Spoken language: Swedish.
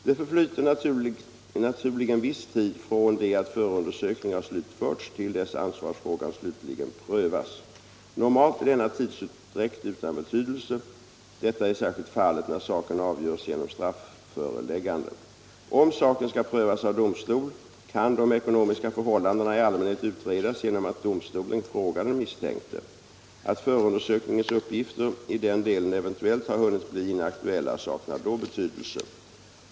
Det förflyter naturligen viss tid från det att förundersökning har slutförts till dess ansvarsfrågan slutligen prövas. Normalt är denna tidsutdräkt utan betydelse. Detta är särskilt fallet när saken avgörs genom straffföreläggande. Om saken skall prövas av domstol kan de ekonomiska förhållandena i allmänhet utredas genom att domstolen frågar den misstänkte. Att förundersökningens uppgifter i den delen eventuellt har hunnit bli inaktuella saknar då betydelse.